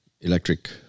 electric